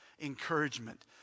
encouragement